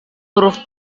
huruf